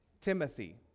Timothy